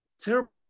terrible